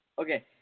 okay